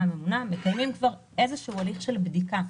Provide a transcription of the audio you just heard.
הממונה מקיימים כבר איזשהו הליך של בדיקה.